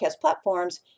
platforms